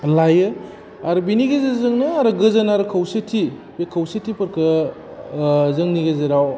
लायो आरो बिनि गेजेरजोंनो आरो गोजोन आरो खौसेथि बे खौसेथिफोरखौ जोंनि गेजेराव